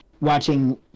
watching